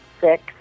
six